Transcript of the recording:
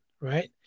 right